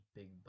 big